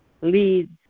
leads